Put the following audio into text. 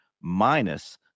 minus